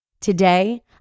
Today